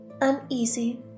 uneasy